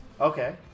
Okay